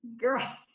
Girl